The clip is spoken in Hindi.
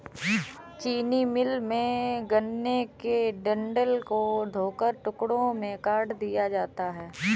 चीनी मिल में, गन्ने के डंठल को धोकर टुकड़ों में काट दिया जाता है